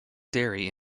dairy